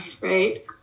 Right